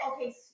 okay